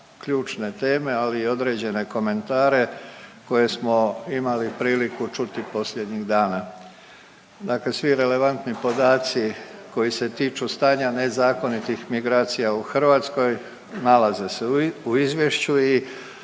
ključne teme, ali i određene komentare koje smo imali priliku čuti posljednjih dana. Dakle svi relevantni podaci koji se tiču stanja nezakonitih migracija u Hrvatskoj nalaze se u Izvješću i